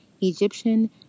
Egyptian